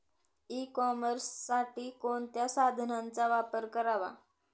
E कॉमर्ससाठी कोणत्या साधनांचा वापर करावा?